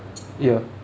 ya